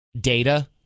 data